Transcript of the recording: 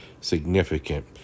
significant